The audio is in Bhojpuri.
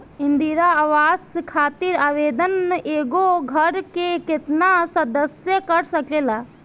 इंदिरा आवास खातिर आवेदन एगो घर के केतना सदस्य कर सकेला?